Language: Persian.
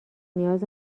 نیاز